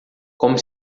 como